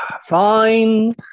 Fine